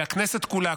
והכנסת כולה,